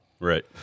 Right